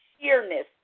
sheerness